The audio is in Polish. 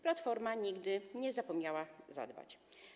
Platforma nigdy nie zapomniała zadbać.